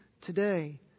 today